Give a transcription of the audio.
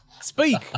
Speak